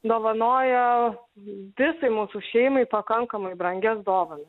dovanoja visai mūsų šeimai pakankamai brangias dovanas